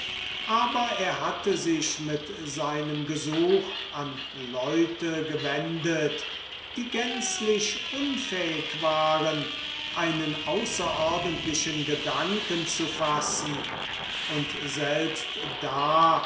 aber er hatte sich mit seinem gesuch an leute gewendet die gänzlich unfähig waren einen außerordentlichen gedanken zu fassen und selbst da